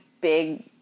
Big